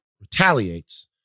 retaliates